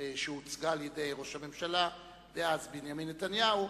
שהוצגה אז על-ידי ראש הממשלה דאז בנימין נתניהו,